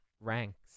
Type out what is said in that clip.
ranks